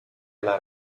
alla